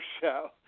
show